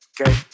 Okay